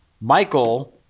Michael